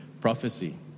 prophecy